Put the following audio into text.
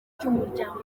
ry’umuryango